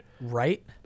right